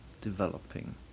developing